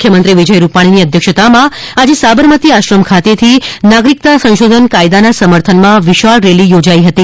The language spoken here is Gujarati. મુખ્યમંત્રી વિજય રૂપાણીની અધ્યક્ષતામાં આજે સાબરમતી આશ્રમ ખાતેથી નાગરિકતા સંશોધન કાયદાના સમર્થનમાં વિશાળ રેલી યોજાઇ હતી